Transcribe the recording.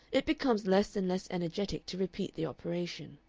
it becomes less and less energetic to repeat the operation.